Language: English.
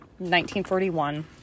1941